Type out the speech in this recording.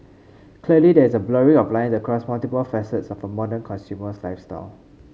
clearly there is a blurring of line across multiple facets of a modern consumer's lifestyle